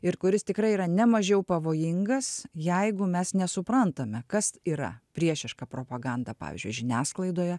ir kuris tikrai yra ne mažiau pavojingas jeigu mes nesuprantame kas yra priešiška propaganda pavyzdžiui žiniasklaidoje